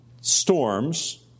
storms